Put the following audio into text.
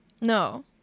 No